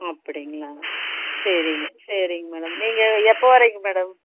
அப்படிங்களா சரிங்க சரிங்க மேடம் நீங்கள் எப்போ வரீங்க மேடம்